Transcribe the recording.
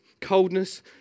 coldness